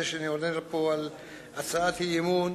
שאני עולה לפה להשיב להצעת אי-אמון,